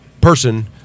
person